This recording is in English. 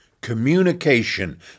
communication